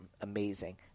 amazing